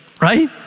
right